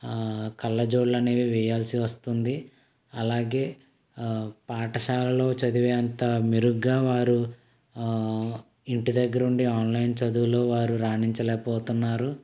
ఆ కల్లజోళ్ళు అనేవి వెయ్యాల్సి వస్తుంది అలాగే ఆ పాఠశాలలో చదివేంత మెరుగ్గా వారు ఇంటిదగ్గరుండి ఆన్లైన్ చదువులో వారు రాణించలేకపోతున్నారు